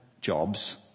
jobs